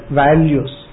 values